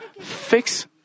fix